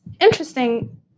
interesting